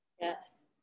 Yes